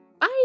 bye